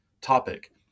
topic